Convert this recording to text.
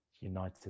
united